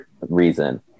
reason